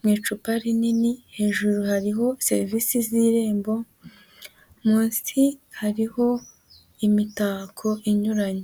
mu icupa rinini, hejuru hariho serivisi z'Irembo, munsi hariho imitako inyuranye.